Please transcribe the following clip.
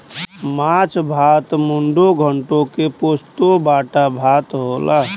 माछ भात मुडो घोन्टो के पोस्तो बाटा भात होला